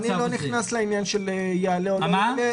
אני לא נכנס לעניין של האם יעלה או לא יעלה.